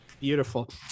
Beautiful